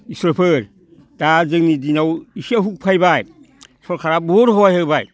इसोरफोर दा जोंनि दिनाव इसे हुख फैबाय सोरखारा बहुद सहाय होबाय